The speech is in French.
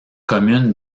commune